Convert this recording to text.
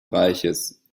reiches